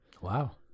Wow